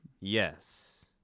Yes